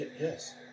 Yes